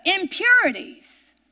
impurities